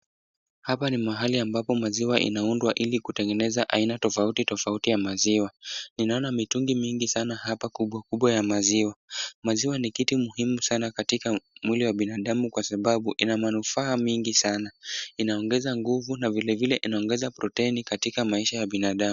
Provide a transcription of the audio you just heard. Hapa ni mahali ambapo maziwa inaundwa ili kutengeneza aina tofauti tofauti ya maziwa. Ninaona mitungi mingi sana hapa kubwa kubwa ya maziwa. Maziwa ni kitu muhimu sana katika mwili wa binadamu, kwa sababu ina manufaa mingi sana. Inaongeza nguvu na vile vile inaongeza proteni katika mwili wa binadamu.